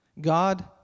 God